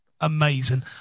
Amazing